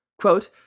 Quote